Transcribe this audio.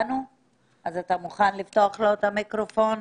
מוכן לפתוח לו את המיקרופון?